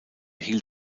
hielt